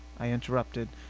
i interrupted,